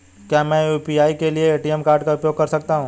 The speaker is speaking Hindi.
क्या मैं यू.पी.आई के लिए ए.टी.एम कार्ड का उपयोग कर सकता हूँ?